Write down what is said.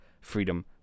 freedom